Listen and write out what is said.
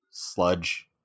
Sludge